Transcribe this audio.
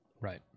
Right